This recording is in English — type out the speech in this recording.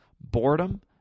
boredom